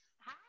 Hi